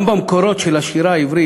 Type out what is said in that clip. גם במקורות של השירה העברית,